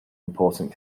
important